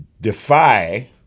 defy